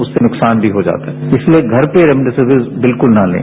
उससे नुकसान भी हो जाता है इसलिए घर पर रेमडेसिविर बिल्कुल न लें